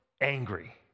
angry